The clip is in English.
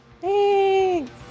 Thanks